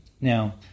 Now